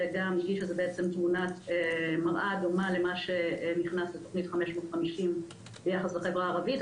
שגם היא תמונת מראה דומה למה שנכנס בתוכנית 550 ביחס החברה הערבית,